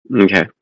Okay